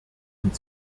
und